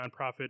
nonprofit